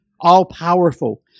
All-powerful